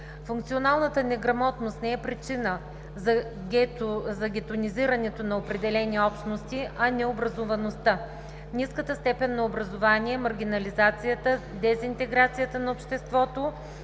Функционалната неграмотност не е причина за гетоизирането на определени общности, а необразоваността. Ниската степен на образование, маргинализацията, дезинтеграцията на обществото